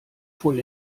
voll